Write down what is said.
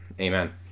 Amen